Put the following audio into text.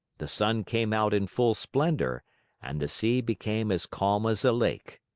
the sun came out in full splendor and the sea became as calm as a lake.